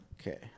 Okay